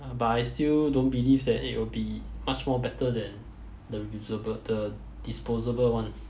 but I still don't believe that it will be much more better than the visible the disposable ones